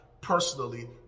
personally